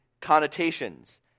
connotations